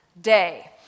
day